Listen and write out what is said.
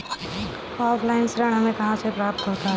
Offline ऋण हमें कहां से प्राप्त होता है?